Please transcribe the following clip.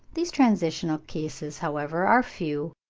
these transitional cases, however, are few,